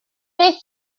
beth